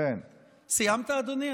סיימת, אדוני?